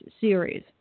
series